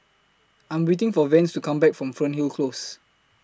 I Am waiting For Vance to Come Back from Fernhill Close